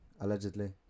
allegedly